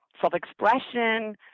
self-expression